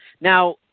Now